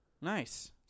Nice